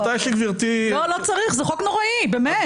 זה באמת חוק נוראי, לא צריך.